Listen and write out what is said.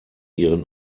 ihren